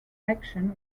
action